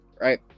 Right